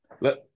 let